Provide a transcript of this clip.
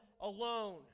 alone